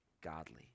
godly